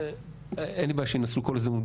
אין לי בעיה שינסו בכל הזדמנות,